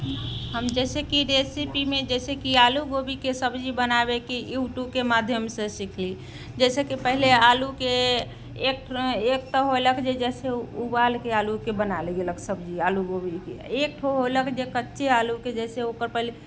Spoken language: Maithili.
हम जैसे कि रेसिपीमे जैसे कि आलू गोभीके रेसिपीमे सब्जी बनाबैके यूट्यूबके माध्यमसँ सिखली जैसे कि पहिले आलूके एक एकटा होइलक जे जैसे उबालिके आलूके बनाल गेलक सब्जी आलू गोभीके आओर एकठो ओ होलक जे कच्चे आलूके जैसे ओकर पहिले